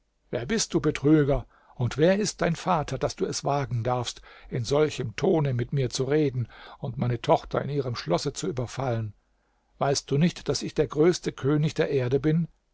wer bist du betrüger und wer ist dein vater daß du es wagen darfst in solchem tone mit mir zu reden und meine tochter in ihrem schlosse zu überfallen weißt du nicht daß ich der größte könig der erde bin